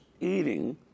eating